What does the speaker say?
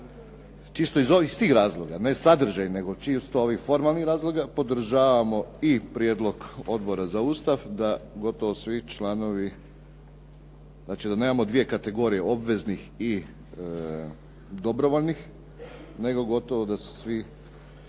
čisto iz ovih svih razloga, ne sadržaj nego čisto ovih formalnih razloga podržavamo i prijedlog Odbora za Ustav da gotovo svi članovi, znači da nemamo dvije kategorije obveznih i dobrovoljnih, nego gotovo da su svi članovi